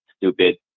stupid